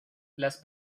las